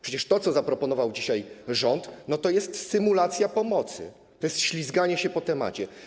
Przecież to, co zaproponował dzisiaj rząd, to jest symulacja pomocy, to jest ślizganie się po temacie.